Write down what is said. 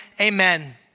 amen